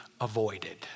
avoided